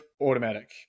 automatic